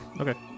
Okay